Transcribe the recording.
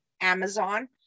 Amazon